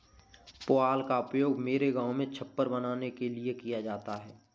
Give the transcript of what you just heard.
पुआल का उपयोग मेरे गांव में छप्पर बनाने के लिए किया जाता है